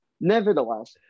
Nevertheless